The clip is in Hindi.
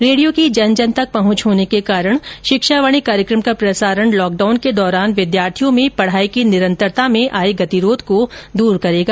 रेडियों की जनजन तक पहुंच होने के कारण शिक्षावाणी कार्यक्रम का प्रसारण लॉकडाउन के दौरान विद्यार्थियों में पढाई की निरंतरता में आये गतिरोध को दूर करेगा